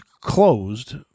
closed